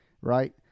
right